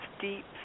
deep